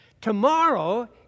Tomorrow